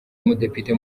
umudepite